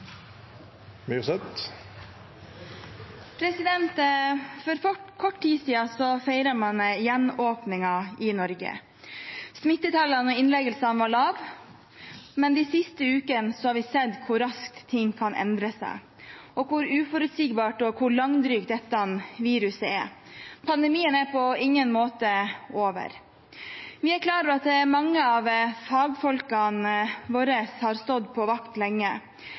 minutter. For kort tid siden feiret man gjenåpningen i Norge. Smittetallene var lave og innleggelsene få, men de siste ukene har vi sett hvor raskt ting kan endre seg, og hvor uforutsigbart og langdrygt dette viruset er. Pandemien er på ingen måte over. Vi er klar over at mange av fagfolkene våre har stått på vakt lenge